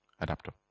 adapter